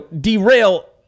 derail